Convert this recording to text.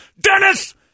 Dennis